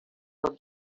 del